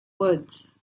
woods